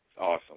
awesome